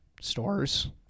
stores